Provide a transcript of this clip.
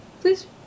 please